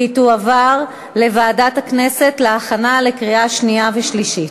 והיא תועבר לוועדת הכנסת להכנה לקריאה שנייה ושלישית.